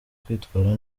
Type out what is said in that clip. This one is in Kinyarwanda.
kwitwara